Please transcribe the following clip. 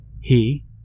he